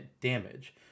damage